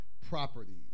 properties